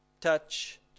touch